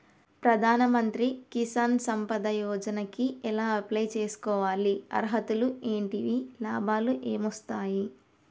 ప్రధాన మంత్రి కిసాన్ సంపద యోజన కి ఎలా అప్లయ్ చేసుకోవాలి? అర్హతలు ఏంటివి? లాభాలు ఏమొస్తాయి?